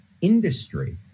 industry